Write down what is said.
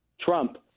Trump